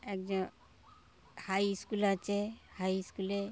একজন high school আছে high স্কুলে